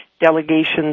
delegations